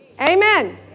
Amen